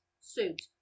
suit